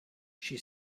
she